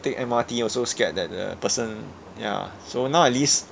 take M_R_T also scared that the person ya so now at least